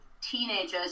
teenagers